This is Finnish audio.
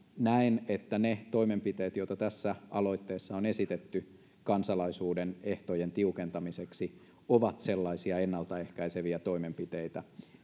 näen että ne toimenpiteet joita tässä aloitteessa on esitetty kansalaisuuden ehtojen tiukentamiseksi ovat sellaisia ennalta ehkäiseviä toimenpiteitä